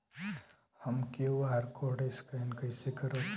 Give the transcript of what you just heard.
हम QR code scan कइसे करब?